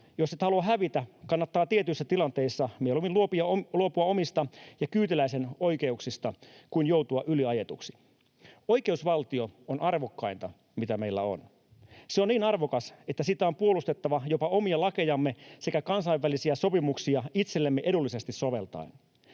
Jos et halua hävitä, kannattaa tietyissä tilanteissa mieluummin luopua omista ja kyytiläisen oikeuksista kuin joutua yliajetuksi. Oikeusvaltio on arvokkainta, mitä meillä on. Se on niin arvokas, että sitä on puolustettava jopa omia lakejamme sekä kansainvälisiä sopimuksia itsellemme edullisesti soveltaen.